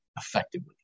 effectively